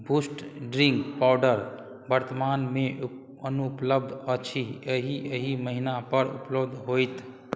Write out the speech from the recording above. boost drink powder वर्तमानमे अनुपलब्ध अछि एहि एहि महिनापर उपलब्ध होएत